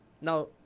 Now